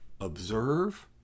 observe